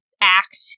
act